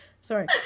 sorry